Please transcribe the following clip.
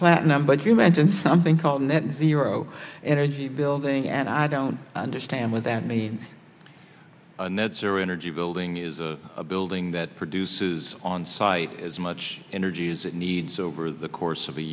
platinum but you mentioned something called net zero energy building and i don't understand what that means energy building is a building that produces on site as much energy as it needs over the course of a